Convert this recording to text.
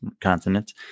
continent